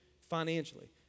financially